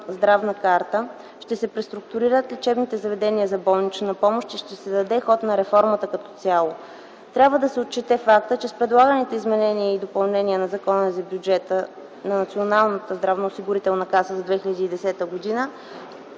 здравна карта, ще се преструктурират лечебните заведения за болнична помощ и ще се даде ход на реформата като цяло. Трябва да се отчета факта, че с предлаганите изменения и допълнения на Закона за Бюджета на Националната здравноосигурителна каса за 2010 г.,